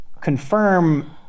confirm